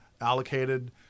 allocated